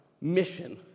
mission